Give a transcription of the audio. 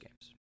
games